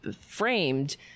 framed